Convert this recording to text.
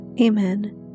Amen